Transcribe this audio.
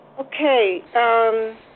Okay